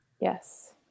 Yes